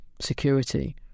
security